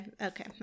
Okay